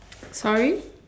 sorry